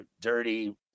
dirty